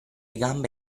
gambe